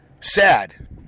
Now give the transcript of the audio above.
sad